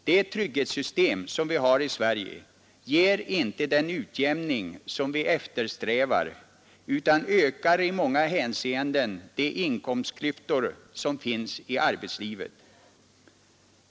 Det trygghetssystem vi har i Sverige ger inte den utjämning som vi eftersträvar utan ökar i många hänseenden de inkomstklyftor som finns i arbetslivet.